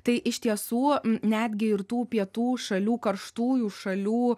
tai iš tiesų netgi ir tų pietų šalių karštųjų šalių